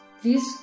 please